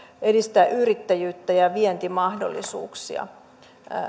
edistää yrittäjyyttä ja vientimahdollisuuksia